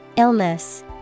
Illness